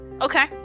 okay